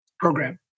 program